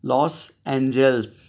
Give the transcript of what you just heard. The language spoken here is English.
Los Angeles